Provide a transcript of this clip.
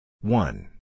One